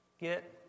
get